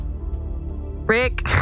Rick